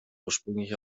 ursprünglich